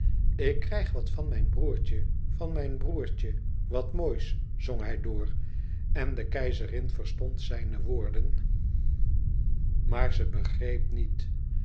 ik krijg wat van mijn broêrtje van mijn broêrtje wat moois zong hij door en de keizerin verstond zijne woorden maar ze begreep niet